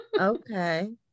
okay